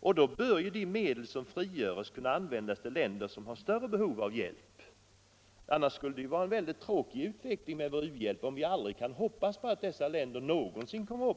Då bör ju också de medel som lösgörs kunna användas till länder som har större behov av hjälp. Det skulle ju vara en tråkig utveckling för vår u-hjälp, om vi aldrig skulle kunna hoppas på att dessa länder någonsin skall